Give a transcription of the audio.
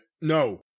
No